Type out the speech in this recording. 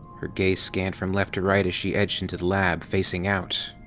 her gaze scanned from left to right as she edged into the lab, facing out.